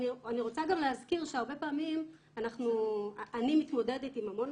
אני רוצה גם להזכיר שהרבה פעמים אני מתמודדת עם המון